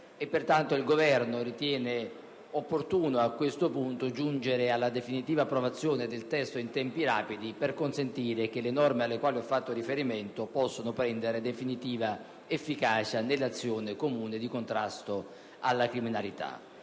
pertanto il Governo ritiene opportuno, a questo punto, giungere alla definitiva approvazione del testo in tempi rapidi, per consentire che le norme alle quali ho fatto riferimento possano assumere definitiva efficacia nell'azione comune di contrasto alla criminalità.